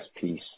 piece